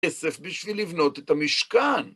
כסף בשביל לבנות את המשכן.